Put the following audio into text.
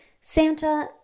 Santa